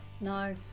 No